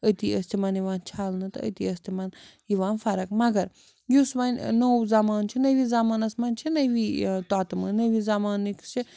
أتی ٲسۍ تِمَن یِوان چھَلنہٕ تہٕ أتی ٲسۍ تِمَن یِوان فرق مگر یُس وۄنۍ نوٚو زمانہٕ چھُ نٔوِس زمانَس منٛز چھِ نٔوِی تۄتمہٕ نٔوِس زمانٕکۍ چھِ